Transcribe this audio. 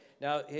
Now